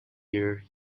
year